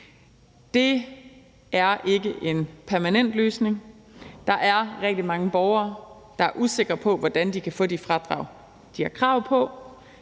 Det er ikke en permanent løsning. Der er rigtig mange borgere, der er usikre på, hvordan de kan få de fradrag, de har krav på.